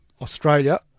Australia